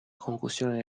conclusione